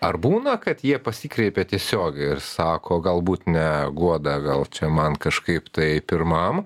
ar būna kad jie pasikreipia tiesiogiai ir sako galbūt ne guoda gal čia man kažkaip tai pirmam